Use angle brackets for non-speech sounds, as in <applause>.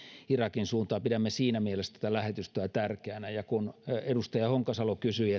irakin suuntaan pidämme siinä mielessä tätä lähetystöä tärkeänä edustaja honkasalo kysyi <unintelligible>